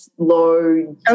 Low